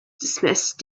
dismissed